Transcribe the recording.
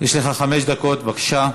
יש לך חמש דקות, בבקשה.